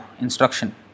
instruction